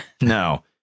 no